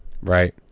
Right